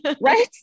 Right